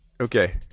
Okay